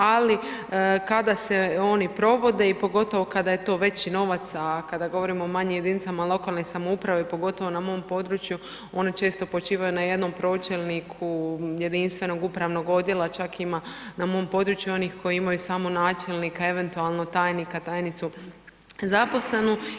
Ali kada se oni provode i pogotovo kada je to veći novac, a kada govorimo o manjim jedinicama lokalne samouprave pogotovo na mom području one često počivaju na jednom počivaju na jednom pročelniku jedinstvenog upravnog odjela, čak ima na mom području onih koji imaju samo načelnika eventualno tajnika, tajnicu zaposlenu.